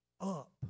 up